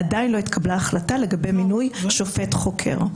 עדיין לא התקבלה החלטה לגבי מינוי שופט חוקר.